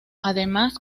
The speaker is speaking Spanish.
además